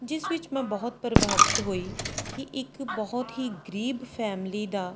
ਜਿਸ ਵਿੱਚ ਮੈਂ ਬਹੁਤ ਪ੍ਰਭਾਵਿਤ ਹੋਈ ਕਿ ਇੱਕ ਬਹੁਤ ਹੀ ਗਰੀਬ ਫੈਮਿਲੀ ਦਾ